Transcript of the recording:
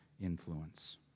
influence